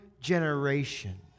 generation